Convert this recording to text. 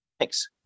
Thanks